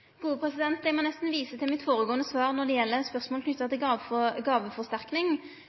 Eg må nesten vise til mitt førre svar når det gjeld spørsmålet knytt til